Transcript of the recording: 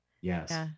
Yes